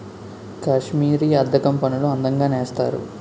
కాశ్మీరీ అద్దకం పనులు అందంగా నేస్తారు